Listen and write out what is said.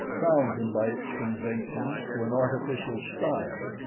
bound him by its conventions to an artificial style.